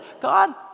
God